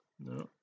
no